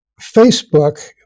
Facebook